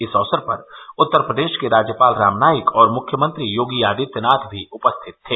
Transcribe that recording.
इस अवसर पर उत्तर प्रदेश के राज्यपाल राम नाइक और मुख्यमंत्री योगी आदित्यनाथ भी उपस्थित थे